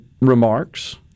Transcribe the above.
remarks